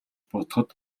бодоход